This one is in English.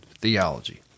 theology